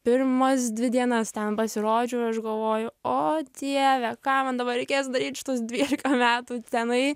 pirmas dvi dienas ten pasirodžiau ir aš galvoju o dieve ką man dabar reikės daryt šitus dvylika metų tenai